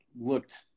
looked